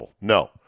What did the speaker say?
No